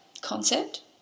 concept